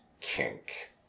kink